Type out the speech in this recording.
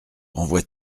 renvoie